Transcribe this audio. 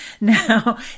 Now